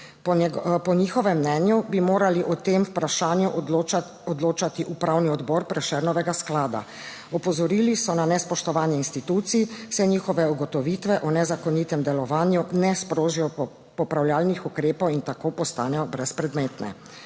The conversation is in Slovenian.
Po njihovem mnenju bi morali o tem vprašanju odločati upravni odbor Prešernovega sklada. Opozorili so na nespoštovanje institucij, saj njihove ugotovitve o nezakonitem delovanju ne sprožijo popravljalnih ukrepov in tako postanejo brezpredmetne